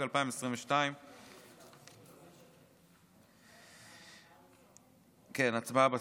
התשפ"ג 2022. הצבעה בסוף.